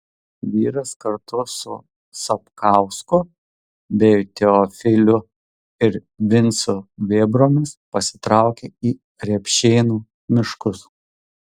vyras kartu su sapkausku bei teofiliu ir vincu vėbromis pasitraukė į repšėnų miškus